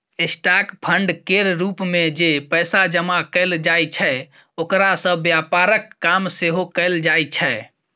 stock fund केर रूप मे जे पैसा जमा कएल जाइ छै ओकरा सँ व्यापारक काम सेहो कएल जाइ छै